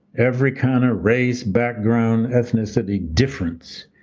every kind of race background, ethnicity difference,